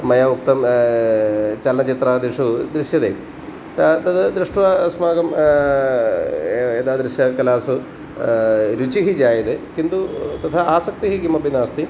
मया उक्तं चलनचित्रादिषु दृश्यते त तद् दृष्ट्वा अस्माकं एतादृशकलासु रुचिः जायते किन्तु तथा आसक्तिः किमपि नास्ति